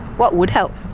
what would help?